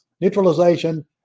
Neutralization